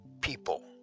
people